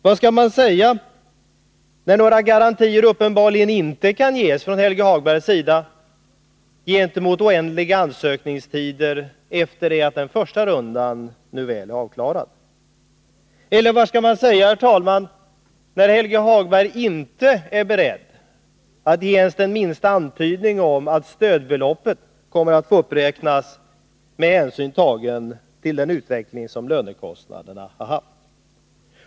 Vad skall man säga, när några garantier uppenbarligen inte kan ges från Helge Hagbergs sida mot oändliga ansökningstider efter det att den första rundan nu väl är avklarad? Eller vad skall man säga, herr talman, när Helge Hagberg inte är beredd att ge ens minsta antydning om att stödbeloppet kommer att få uppräknas med hänsyn tagen till den utveckling som lönekostnaderna har haft?